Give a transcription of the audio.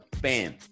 Bam